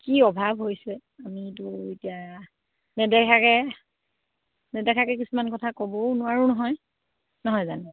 কি অভাৱ হৈছে আমিতো এতিয়া নেদেখাকৈ নেদেখাকৈ কিছুমান কথা ক'বও নোৱাৰো নহয় নহয় জানো